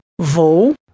Vou